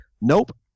nope